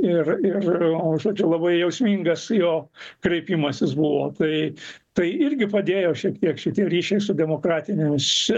ir ir o žodžiu labai jausmingas jo kreipimasis buvo tai tai irgi padėjo šiek tiek šitie ryšiai su demokratinėmis